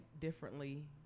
differently